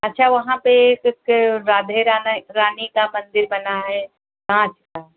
अच्छा वहाँ पर एक राधे राने रानी का मंदिर बना है काँच का